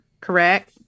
correct